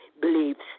beliefs